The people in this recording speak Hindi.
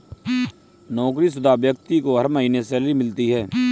नौकरीशुदा व्यक्ति को हर महीने सैलरी मिलती है